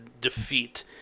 defeat